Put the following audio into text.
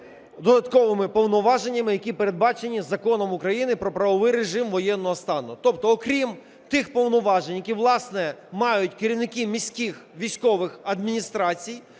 додатковими повноваження, які передбачені Законом України "Про правовий режим воєнного стану". Тобто окрім тих повноважень, які, власне, мають керівники міських військових адміністрацій,